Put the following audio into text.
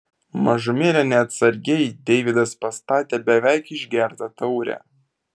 mažumėlę neatsargiai deividas pastatė beveik išgertą taurę